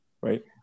right